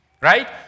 right